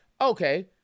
Okay